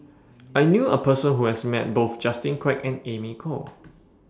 I knew A Person Who has Met Both Justin Quek and Amy Khor